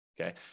okay